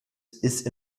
ist